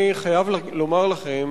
אני חייב לומר לכם